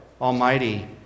Almighty